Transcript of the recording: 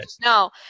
no